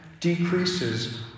decreases